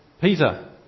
Peter